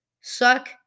suck